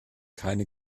keine